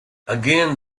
again